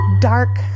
dark